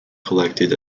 collected